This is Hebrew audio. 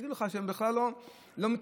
יגידו לכם שבכלל לא,